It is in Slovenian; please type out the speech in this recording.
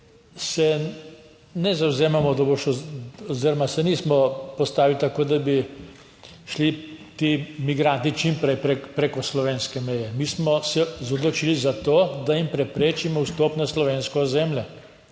se ne zavzemamo, da bo šel oziroma se nismo postavili tako, da bi šli ti migranti čim prej preko slovenske meje. Mi smo se odločili za to, da jim preprečimo vstop na slovensko ozemlje